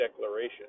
declaration